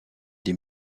des